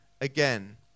again